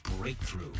breakthrough